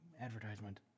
advertisement